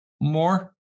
more